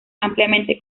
ampliamente